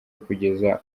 kugeza